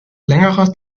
längerer